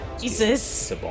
Jesus